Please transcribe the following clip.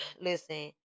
listen